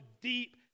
deep